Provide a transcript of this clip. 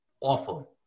awful